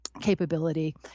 capability